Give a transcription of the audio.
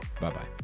Bye-bye